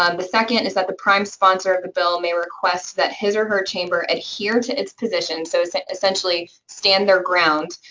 um the second is that the prime sponsor of the bill may request that his or her chamber adhere to its position, so so essentially stand their ground,